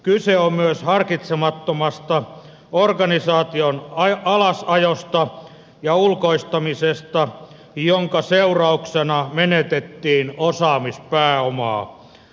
kyse on myös harkitsemattomasta organisaation alasajosta ja ulkoistamisesta jonka seurauksena menetettiin osaamispääomaa